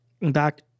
back